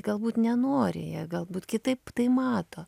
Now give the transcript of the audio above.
galbūt nenori jie galbūt kitaip tai mato